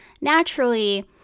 naturally